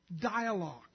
dialogue